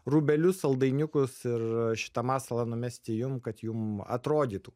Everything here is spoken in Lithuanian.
rūbelius saldainiukus ir šitą masalą numesti jum kad jum atrodytų